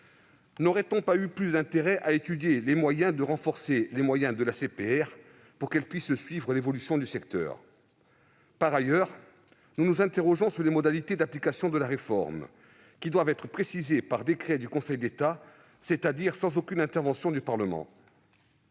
n'aurait-on pas eu plus intérêt à étudier la possibilité de renforcer les moyens de l'ACPR pour qu'elle puisse suivre l'évolution du secteur ? Par ailleurs, nous nous interrogeons sur les modalités d'application de la réforme : elles doivent être précisées par décrets en Conseil d'État, c'est-à-dire sans aucune intervention du Parlement.